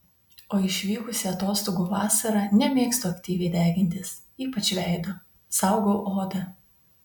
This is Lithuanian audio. o išvykusi atostogų vasarą nemėgstu aktyviai degintis ypač veido saugau odą